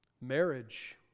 marriage